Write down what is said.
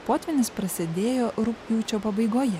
potvynis prasidėjo rugpjūčio pabaigoje